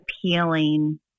appealing